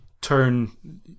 turn